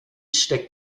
steckt